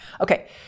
okay